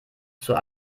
zur